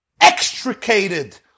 extricated